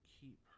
keep